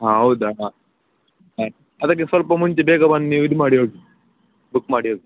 ಹಾಂ ಹೌದಾ ಆಯ್ತು ಅದಕ್ಕೆ ಸ್ವಲ್ಪ ಮುಂಚೆ ಬೇಗ ಬಂದು ನೀವು ಇದು ಮಾಡಿ ಹೋಗಿ ಬುಕ್ ಮಾಡಿ ಹೋಗಿ